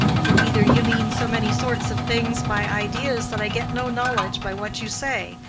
for either you mean so many sorts of things by ideas that i get no knowledge by what you say,